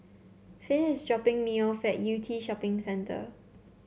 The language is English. Finn is dropping me off at Yew Tee Shopping Centre